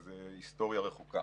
זו היסטוריה רחוקה.